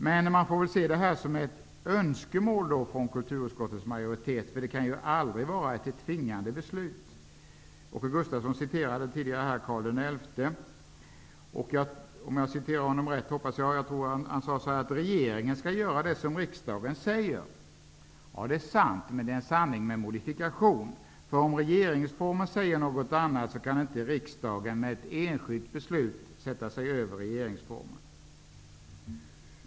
Men man får väl se detta som ett önskemål från kulturutskottets majoritet. Det kan ju aldrig vara ett tvingande beslut. Åke Gustavsson citerade tidigare Karl XI, som sade att regeringen skall göra det som riksdagen säger. Ja, det är sant, men det är en sanning med modifikation. Om regeringsformen säger något annat kan riksdagen inte med ett enskilt beslut sätta sig över regeringsformen.